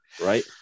right